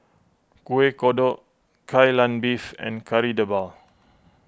Kueh Kodok Kai Lan Beef and Kari Debal